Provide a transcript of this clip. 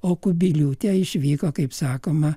o kubiliūtė išvyko kaip sakoma